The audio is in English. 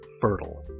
fertile